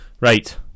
Right